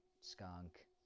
Skunk